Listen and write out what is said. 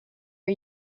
are